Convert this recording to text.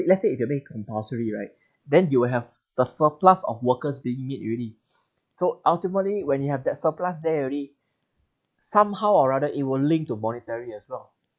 let's say if you make it compulsory right then you'll have the surplus of workers being made already so ultimately when you have that surplus there already somehow or rather it will link to monetary as well